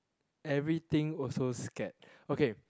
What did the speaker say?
everything also scared okay